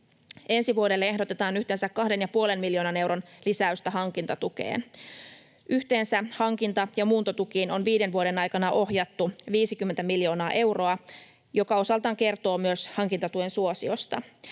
Ensi vuodelle ehdotetaan yhteensä kahden ja puolen miljoonan euron lisäystä hankintatukeen. Yhteensä hankinta‑ ja muuntotukiin on viiden vuoden aikana ohjattu 50 miljoonaa euroa, mikä osaltaan kertoo myös hankintatuen suosiosta.